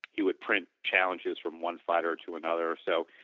he would print challenges from one fighter to another so,